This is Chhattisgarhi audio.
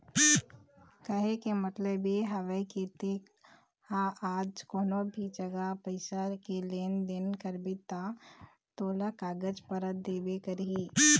केहे के मतलब ये हवय के ते हा आज कोनो भी जघा पइसा के लेन देन करबे ता तोला कागज पतर देबे करही